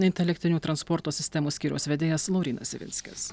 intelektinių transporto sistemų skyriaus vedėjas laurynas ivinskis